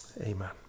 Amen